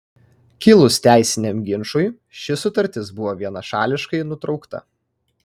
kilus teisiniam ginčui ši sutartis buvo vienašališkai nutraukta